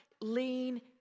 lean